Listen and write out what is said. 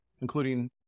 including